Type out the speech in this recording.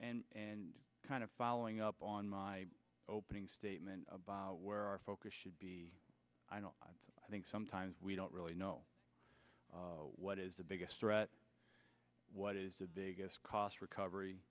and and kind of following up on my opening statement about where our focus should be i think sometimes we don't really know what is the biggest threat what is the biggest cost recovery